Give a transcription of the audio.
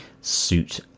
suit